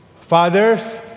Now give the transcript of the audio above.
Fathers